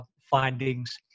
findings